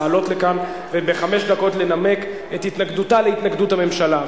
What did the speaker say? לעלות לכאן ובחמש דקות לנמק את התנגדותה להתנגדות הממשלה.